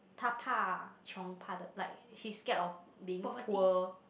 她怕穷怕得 like she scared of being poor